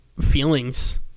feelings